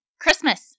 Christmas